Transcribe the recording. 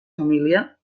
família